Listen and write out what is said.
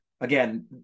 again